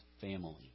family